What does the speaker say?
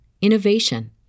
innovation